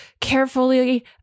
carefully